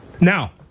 Now